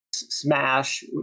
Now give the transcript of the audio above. Smash